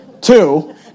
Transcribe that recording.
Two